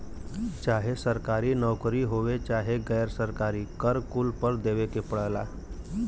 चाहे सरकारी नउकरी होये चाहे गैर सरकारी कर कुल पर देवे के पड़ला